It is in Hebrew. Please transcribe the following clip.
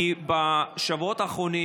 נכון,